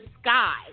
sky